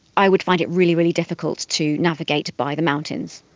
i would find it really, really difficult to navigate by the mountains.